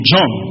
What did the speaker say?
John